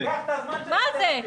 מה זה?